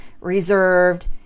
reserved